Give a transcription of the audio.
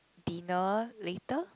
dinner later